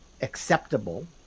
acceptable